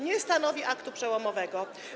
Nie stanowi aktu przełomowego.